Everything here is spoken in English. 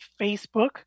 Facebook